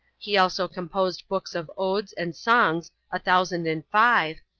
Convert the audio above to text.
he also composed books of odes and songs a thousand and five,